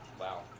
wow